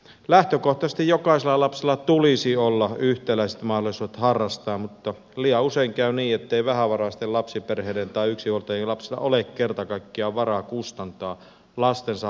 lähtökohtaisesti jokaisella lapsella tulisi olla yhtäläiset mahdollisuudet harrastaa mutta liian usein käy niin ettei vähävaraisten lapsiperheiden tai yksinhuoltajien lapsilla ole kerta kaikkiaan varaa kustantaa lastensa harrastuksia